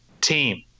team